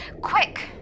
Quick